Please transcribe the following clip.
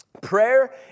Prayer